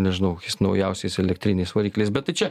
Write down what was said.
nežinau naujausias elektriniais varikliais bet tai čia